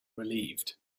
relieved